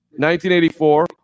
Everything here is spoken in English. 1984